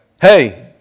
Hey